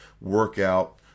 workout